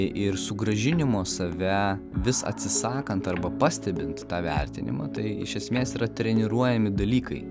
i ir sugrąžinimo save vis atsisakant arba pastebint tą vertinimą tai iš esmės yra treniruojami dalykai